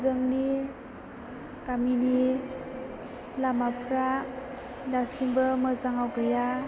जोंनि गामिनि लामाफ्रा दासिमबो मोजाङाव गैया